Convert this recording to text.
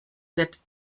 wird